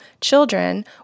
children